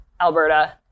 Alberta